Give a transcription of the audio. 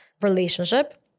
relationship